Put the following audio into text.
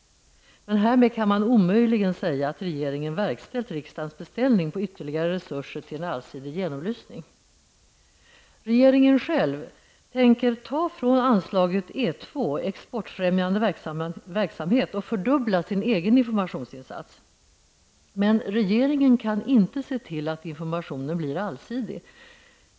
Men härmed kan man omöjligen säga att regeringen har verkställt riksdagens beställning av ytterligare resurser till en allsidig genomlysning! Regeringen själv tänker ta från anslaget E 2, Exportfrämjande verksamhet, och fördubbla sin egen informationsinsats. Men regeringen kan inte se till att informationen blir allsidig.